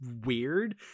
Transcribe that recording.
weird